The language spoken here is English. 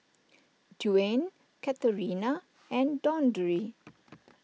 Dwyane Katharina and Dondre